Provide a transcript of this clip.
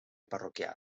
parroquial